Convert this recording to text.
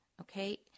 Okay